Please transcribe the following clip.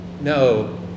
No